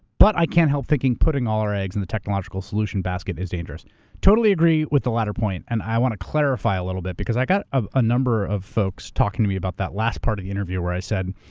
but i can't help thinking putting all our eggs in the technological solution basket is dangerous. i totally agree with the latter point, and i want to clarify a little bit because i got a number of folks talking to me about that last part of the interview, where i said,